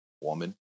woman